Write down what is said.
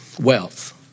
wealth